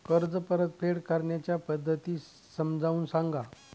कर्ज परतफेड करण्याच्या पद्धती समजून सांगा